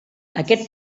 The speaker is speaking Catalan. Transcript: aquest